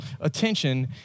attention